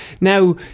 Now